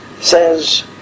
says